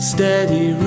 Steady